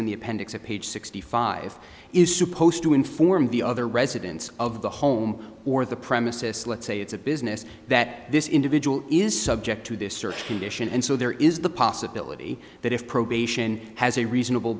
in the appendix of page sixty five is supposed to inform the other residents of the home or the premises let's say it's a business that this individual is subject to this search condition and so there is the possibility that if probation has a reasonable